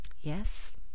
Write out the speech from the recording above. Yes